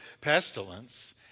pestilence